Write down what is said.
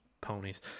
Ponies